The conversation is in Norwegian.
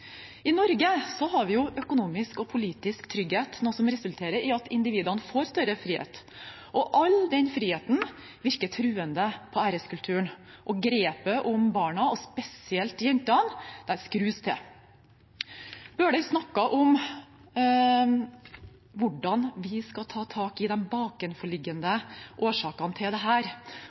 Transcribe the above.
I Norge har vi økonomisk og politisk trygghet, noe som resulterer i at individene får større frihet. All den friheten virker truende på æreskulturen, og grepet om barna, og spesielt jentene, skrus til. Bøhler snakket om hvordan vi skal ta tak i de bakenforliggende årsakene til dette. Det